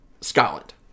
Scotland